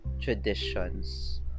traditions